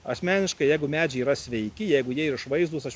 asmeniškai jeigu medžiai yra sveiki jeigu jie išvaizdūs aš